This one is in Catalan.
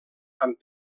amb